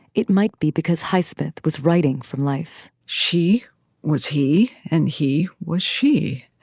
it might be because highsmith was writing from life she was he and he was she.